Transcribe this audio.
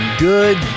Good